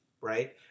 right